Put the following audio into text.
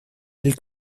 del